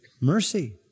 Mercy